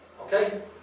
Okay